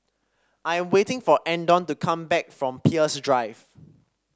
I am waiting for Andon to come back from Peirce Drive